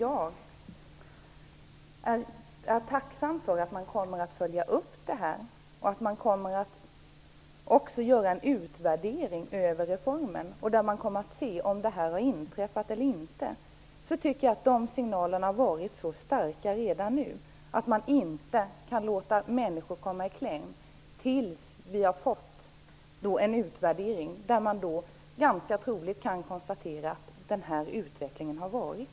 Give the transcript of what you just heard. Jag är tacksam för att man kommer att följa upp det här och för att man kommer att göra en utvärdering av reformen, där man kommer att se om det här har inträffat eller inte. Trots det tycker jag att signalerna redan nu har varit så starka att man inte kan låta människor komma i kläm tills vi har fått en utvärdering. Utvärderingen kommer troligen att kunna konstatera att det har blivit en sådan här utveckling.